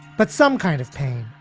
but some kind of pain